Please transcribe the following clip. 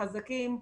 חזקים,